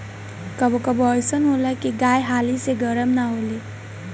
कबो कबो अइसन होला की गाय हाली से गरम ना होले